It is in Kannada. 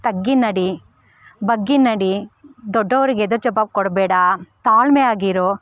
ತಗ್ಗಿ ನಡಿ ಬಗ್ಗಿ ನಡಿ ದೊಡ್ಡವ್ರಿಗೆ ಎದಿರು ಜವಾಬು ಕೊಡಬೇಡ ತಾಳ್ಮೆಯಾಗಿರು